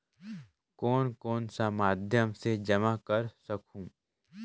कौन कौन सा माध्यम से जमा कर सखहू?